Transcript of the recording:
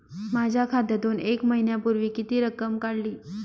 माझ्या खात्यातून एक महिन्यापूर्वी किती रक्कम काढली?